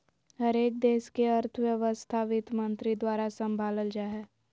हरेक देश के अर्थव्यवस्था वित्तमन्त्री द्वारा सम्भालल जा हय